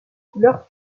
couleurs